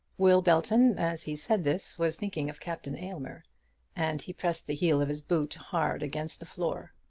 will belton as he said this was thinking of captain aylmer and he pressed the heel of his boot hard against the floor.